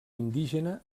indígena